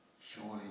surely